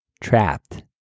trapped